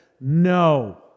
no